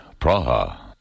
Praha